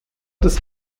das